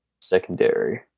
secondary